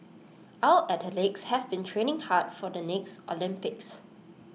our athletes have been training hard for the next Olympics